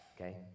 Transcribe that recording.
okay